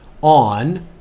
on